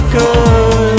good